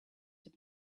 have